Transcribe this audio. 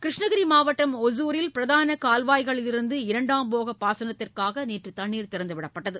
கிருஷ்ணகிரி மாவட்டம் ஒசூரில் பிரதான கால்வாய்களிலிருந்து இரண்டாம் போக பாசனத்திற்காக நேற்று தண்ணீர் திறந்துவிடப்பட்டது